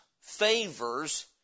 favors